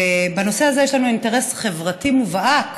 בנושא הזה יש לנו אינטרס חברתי מובהק